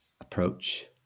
approach